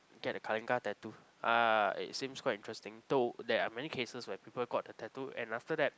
get the Kalinga tattoo ah it seems quite interesting though there are many cases where people got the tattoo and after that